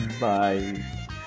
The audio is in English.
Bye